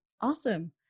Awesome